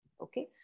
okay